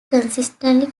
consistently